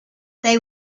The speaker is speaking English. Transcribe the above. they